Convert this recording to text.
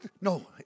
No